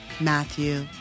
Matthew